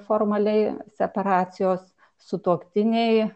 formaliai separacijos sutuoktiniai